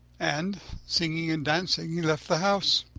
and singing and dancing, he left the house.